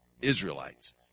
Israelites